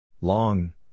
Long